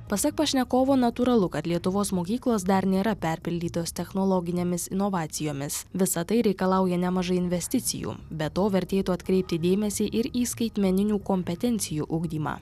pasak pašnekovo natūralu kad lietuvos mokyklos dar nėra perpildytos technologinėmis inovacijomis visa tai reikalauja nemažai investicijų be to vertėtų atkreipti dėmesį ir į skaitmeninių kompetencijų ugdymą